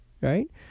right